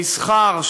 מסחר,